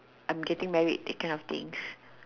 I am getting married that kind of things